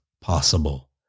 possible